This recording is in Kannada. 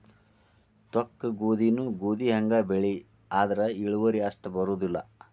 ತೊಕ್ಕಗೋಧಿನೂ ಗೋಧಿಹಂಗ ಬೆಳಿ ಆದ್ರ ಇಳುವರಿ ಅಷ್ಟ ಬರುದಿಲ್ಲಾ